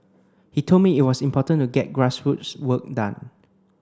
he told me it was important to get grassroots work done